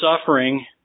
suffering